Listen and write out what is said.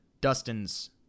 Dustin's